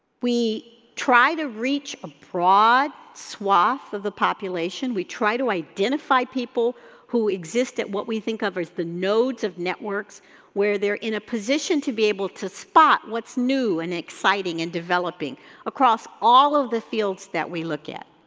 we try to reach a broad swath of the population, we try to identify people who exist at what we think of as the nodes of networks where they're in a position to be able to spot what's new and exciting and developing across all of the fields that we look at.